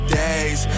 days